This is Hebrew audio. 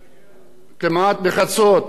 היו צעירים מאחינו היהודים בכפר,